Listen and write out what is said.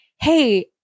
Hey